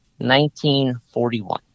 1941